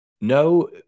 No